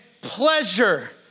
pleasure